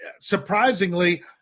Surprisingly